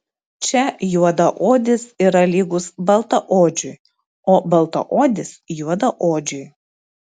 čia juodaodis yra lygus baltaodžiui o baltaodis juodaodžiui